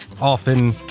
often